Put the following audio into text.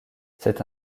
cette